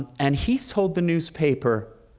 and he told the newspaper,